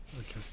Okay